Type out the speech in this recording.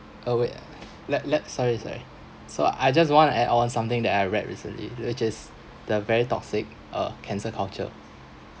oh wait let let sorry sorry so I just want to add on something that I read recently which is the very toxic uh cancer culture